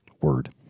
word